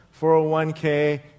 401k